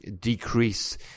decrease